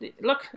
Look